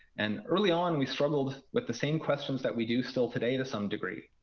and early on, we struggled with the same questions that we do still today to some degree.